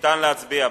ניתן להצביע.